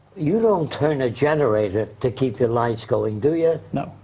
you don't turn a generator to keep your lights going, do yeah no.